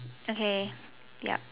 okay yup